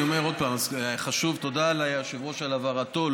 אני אומר עוד פעם: תודה ליושב-ראש על הבהרתו.